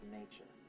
nature